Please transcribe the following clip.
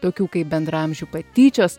tokių kaip bendraamžių patyčios